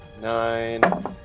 nine